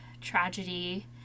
tragedy